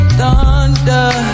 thunder